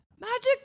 Magic